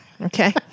Okay